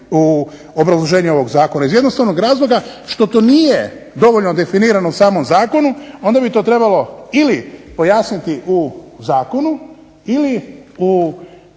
u obrazloženju ovog zakona? Iz jednostavnog razloga što to nije dovoljno definirano u samom zakonu onda bi to trebalo ili pojasniti u zakonu ili